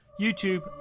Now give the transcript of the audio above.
YouTube